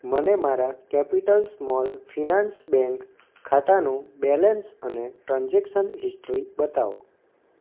મને મારા capital small finance bank ખાતાનું બેલેન્સ અને ટ્રાન્ઝેક્શન હિસ્ટ્રી બતાવો